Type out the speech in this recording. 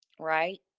Right